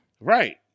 Right